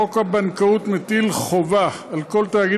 חוק הבנקאות מטיל חובה על כל תאגיד